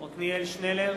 עתניאל שנלר